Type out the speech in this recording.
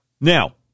Now